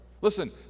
listen